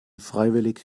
freiwillig